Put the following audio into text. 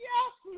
Yes